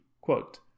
quote